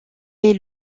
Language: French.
est